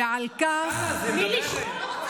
ועל כך, אבל זה לא מה שאמרת.